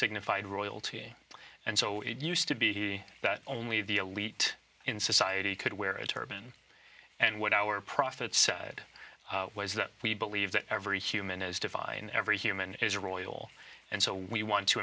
signified royalty and so it used to be that only the elite in society could wear a turban and what our prophet said was that we believe that every human is divine every human is royal and so we want to